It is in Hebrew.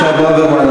אבישי ברוורמן,